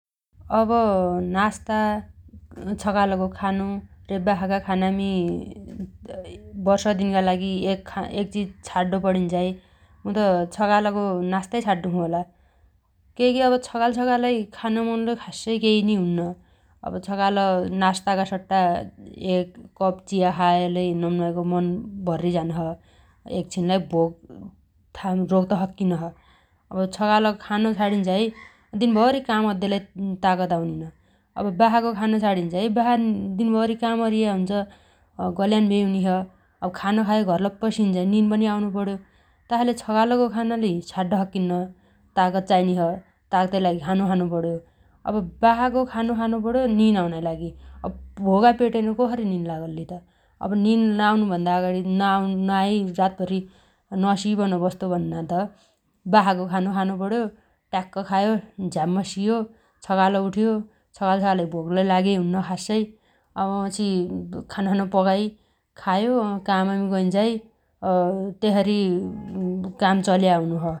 अब नास्ता, छगालगो खानो रे बासागा खानामी वर्षदिनगा लागि एग चिज छाड्डो पणिन्झाइ मु त छगालगो नास्ताइ छाड्डोछु होला । केइगी अब छगालछगालै खान मनलै खासै केइ नि हुन्न । अब छगाल नास्तागा सट्टा एक कप चिया खायालै नम्नमाइगो मन भर्रिझानो छ । एकछिनलाइ भोक थाम रोक्त सक्किनो छ । अब छगालो खानो छाडीन्झाइ दिनभरी काम अद्देलै तागत आउनीन । अब बासागो खानो छाडीन्झाइ बासा दिनभरी काम अरिया हुन्छ । गल्यान भेइ हुनी छ । अब खानो खाइन्झाइ घरलप्प सिन्झाइ निन पनि आउनुपण्यो । तसाइले छगालगो खानोलै छाड्ड सक्किन्न ताकत चाइनीछ । तागतै लागि खानो खानु पण्यो । अब बासागो खानो खानु पण्यो निन आउनाइ लागि । अब भोगा पेटैनो कसरी निन लागल्ली त । अब निन नआउनुभन्ना अगाडी नआउनआइ-निन नआइ रातभरी नसिइबन बस्तु भन्ना त बासागो खानो खानु पण्यो । ट्याक्क खायो झ्याम्म सियो । छगाल उठ्यो छगालछगालै भोगलै लागेइ हुन्न खासै। अब वापछि खानो सानो पगाइ खायो काममी गैन्झाइ तसरी काम चल्या हुनोछ ।